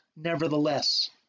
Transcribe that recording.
nevertheless